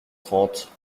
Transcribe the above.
trente